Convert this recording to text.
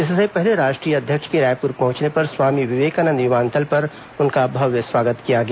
इससे पहले राष्ट्रीय अध्यक्ष के रायपुर पहुंचने पर स्वामी विवेकानंद विमानतल पर उनका भव्य स्वागत किया गया